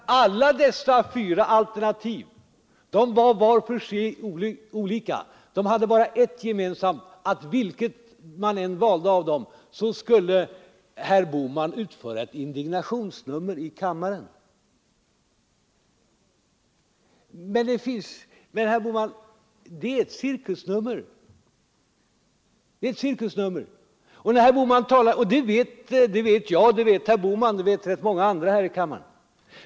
Alla dessa fyra alternativ är alltså vart för sig olikt de andra. De har bara ett gemensamt: vilket man än valde av dem skulle herr Bohman utföra ett indignationsnummer. Det är ett cirkusnummer; det vet jag, det vet herr Bohman och det vet rätt många andra här i kammaren.